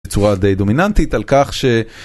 בצורה די דומיננטית על כך ש